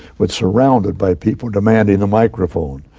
but surrounded by people demanding the microphone.